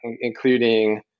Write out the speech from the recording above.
including